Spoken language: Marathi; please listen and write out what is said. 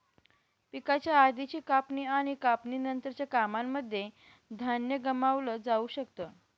पिकाच्या आधीची कापणी आणि कापणी नंतरच्या कामांनमध्ये धान्य गमावलं जाऊ शकत